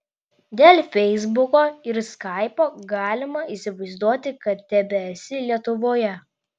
dėl feisbuko ir skaipo galima įsivaizduoti kad tebesi lietuvoje